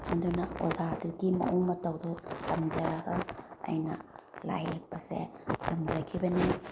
ꯑꯗꯨꯅ ꯑꯣꯖꯥꯗꯨꯒꯤ ꯃꯑꯣꯡ ꯃꯇꯧꯗꯣ ꯇꯝꯖꯔꯒ ꯑꯩꯅ ꯂꯥꯏ ꯌꯦꯛꯄꯁꯦ ꯇꯝꯖꯈꯤꯕꯅꯤ